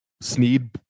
Sneed